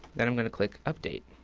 then i'm gonna click update.